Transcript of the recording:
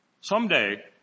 someday